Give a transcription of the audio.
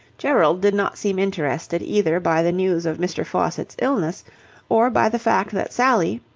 gerald did not seem interested either by the news of mr. faucitt's illness or by the fact that sally,